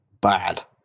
bad